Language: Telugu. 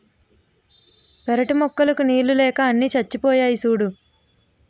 పెరటి మొక్కలకు నీళ్ళు లేక అన్నీ చచ్చిపోయాయి సూడూ